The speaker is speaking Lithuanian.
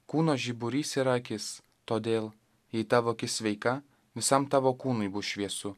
kūno žiburys yra akis todėl jei tavo akis sveika visam tavo kūnui bus šviesu